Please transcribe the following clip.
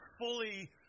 fully